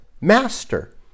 master